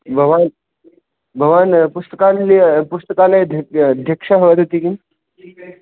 भवान् भवान् पुस्तकालय पुस्तकालयध्यक्षः वदति किम्